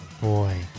Boy